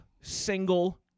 single